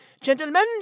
Gentlemen